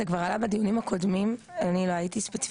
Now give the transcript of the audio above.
אבל אני יודעת שהוא עלה והנושא נבחן,